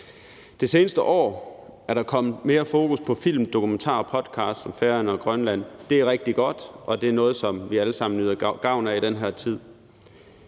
Det seneste år er der kommet mere fokus på film, dokumentar og podcast om Færøerne og Grønland, det er rigtig godt, og det er noget, som vi alle sammen nyder godt af i den her tid.